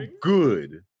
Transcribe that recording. good